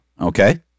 okay